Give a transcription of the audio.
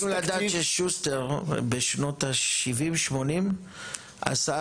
אתם צריכים לדעת ששוסטר בשנות ה-70-80 עשה